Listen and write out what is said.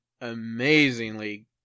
amazingly